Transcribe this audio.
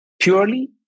purely